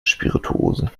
spirituosen